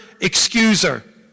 excuser